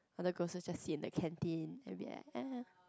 other girls just just sit in the canteen and be like